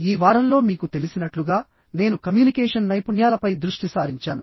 ఈ వారంలో మీకు తెలిసినట్లుగా నేను కమ్యూనికేషన్ నైపుణ్యాలపై దృష్టి సారించాను